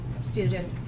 student